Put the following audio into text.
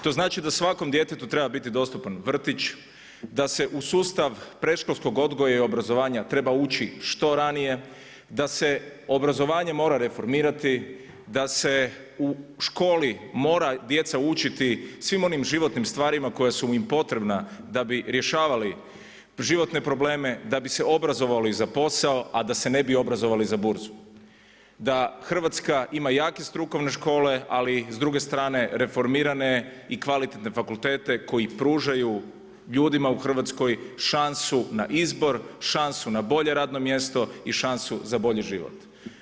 To znači da svakom djetetu treba biti dostupan vrtić, da se u sustav predškolskog odgoja i obrazovanja treba ući što ranije, da se obrazovanje mora reformirati, da se u školi moraju djeca učiti svim onim životnim stvarima koje su im potrebne da bi rješavali životne probleme, da bi se obrazovali za posao a da se ne bi obrazovali za burzu, da Hrvatska ima jake strukovne škole ali s druge strane reformirane i kvalitetne fakultete koji pružaju ljudima u Hrvatskoj šansu na izbor, šansu na bolje radno mjesto i šansu za bolji život.